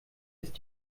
ist